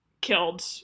killed